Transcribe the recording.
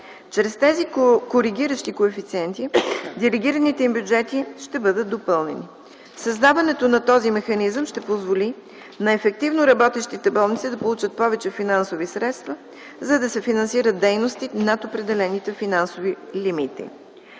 Чрез тези коригиращи коефициенти делегираните им бюджети ще бъдат допълнени. Създаването на този механизъм ще позволи на ефективно работещите болници да получат повече финансови средства, за да се финансират дейности над определените финансови лимити.